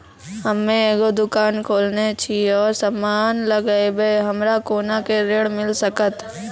हम्मे एगो दुकान खोलने छी और समान लगैबै हमरा कोना के ऋण मिल सकत?